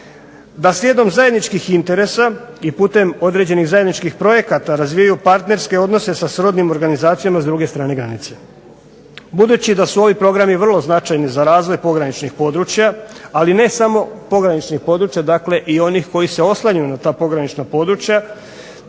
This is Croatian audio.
da slijedom zajedničkih interesa i putem određenih zajedničkih projekata razvijaju partnerske odnose sa srodnim organizacijama s druge strane granice. Budući da su ovi programi vrlo značajni za razvoj pograničnih područja, ali ne samo pograničnih područja, dakle i onih koji se oslanjaju na ta pogranična područja